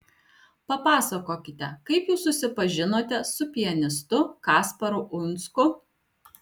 papasakokite kaip jūs susipažinote su pianistu kasparu uinsku